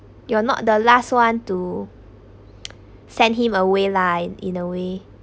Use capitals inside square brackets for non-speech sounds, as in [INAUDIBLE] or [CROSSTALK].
you're not the last one to send [NOISE] him away lah in a way